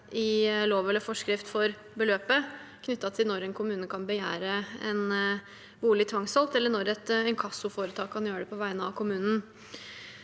i lov eller forskrift for beløpet knyttet til når en kommune kan begjære en bolig tvangssolgt, eller når et inkassoforetak kan gjøre det på vegne av en kommune.